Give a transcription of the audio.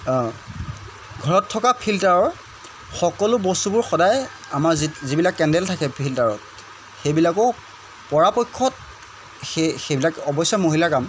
ঘৰত থকা ফিল্টাৰৰ সকলো বস্তুবোৰ সদায় আমাৰ যি যিবিলাক কেণ্ডেল থাকে ফিল্টাৰত সেইবিলাকো পৰাপক্ষত সেই সেইবিলাক অৱশ্যে মহিলাৰ কাম